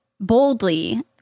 boldly